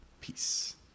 Peace